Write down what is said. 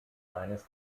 eines